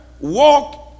walk